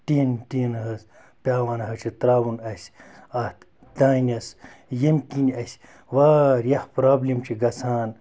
ٹیٖنہٕ ٹیٖن حظ پیٚوان حظ چھِ ترٛاوُن اَسہِ اَتھ دانٮ۪س ییٚمہِ کِنۍ اَسہِ واریاہ پرٛابلِم چھِ گَژھان